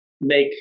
make